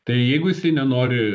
tai jeigu jisai nenori